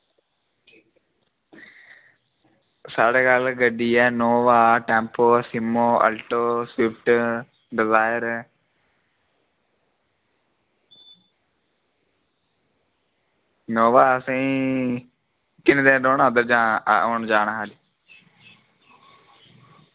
साढ़े कोल गड्डी ऐ Innova tempo Sumo Alto Swift Dzire ऐ इनोवा असेंगी किन्ने दिन रौह्ना उद्धर जा औन जान ऐ खा'ल्ली